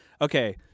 okay